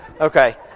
Okay